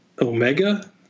Omega